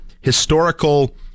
historical